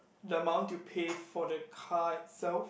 the amount you pay for the car itself